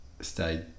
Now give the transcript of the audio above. stay